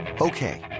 Okay